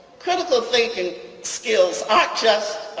critical thinking skills um just